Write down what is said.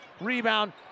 Rebound